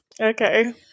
Okay